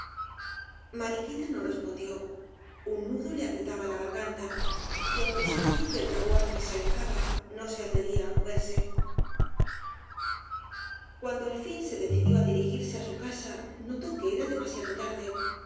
mariquita no respondió un nudo le apretaba la garganta y aunque sintió que el carruaje se alejaba no se atrevía á moverse cuando al fin se decidió á dirigirse á su casa notó que era demasiado tarde y